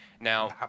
Now